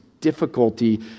difficulty